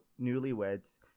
Newlyweds